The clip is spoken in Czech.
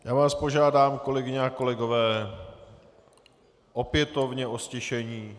Já vás požádám, kolegyně a kolegové, opětovně o ztišení.